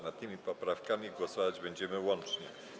Nad tymi poprawkami głosować będziemy łącznie.